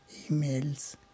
emails